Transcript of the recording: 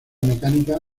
mecánica